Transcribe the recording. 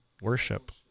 worship